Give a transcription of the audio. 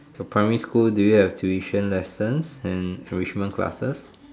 your primary school do you have tuition lessons and enrichment classes